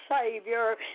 Savior